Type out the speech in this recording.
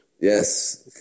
Yes